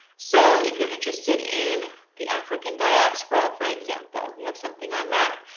so, if you're interested in the african diaspora. for example, you have something on that.